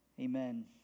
Amen